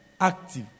active